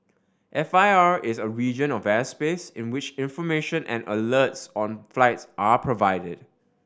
F I R is a region of airspace in which information and alerts on flights are provided